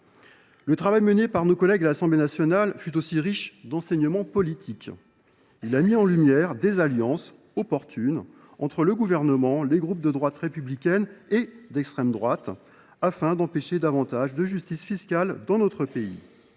Le travail de nos collègues députés fut aussi riche d’enseignements politiques. Il a mis en lumière des alliances d’opportunité entre le Gouvernement, les groupes de la droite républicaine et ceux de l’extrême droite, nouées afin d’empêcher davantage de justice fiscale dans notre pays.